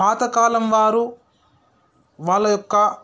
పాతకాలం వారు వాళ్ళ యొక్క